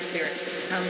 Spirit